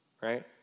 Right